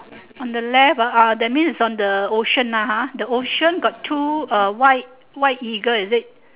on the left ah that means is on the ocean (uh huh) the ocean got two uh white white eagle is it